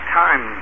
time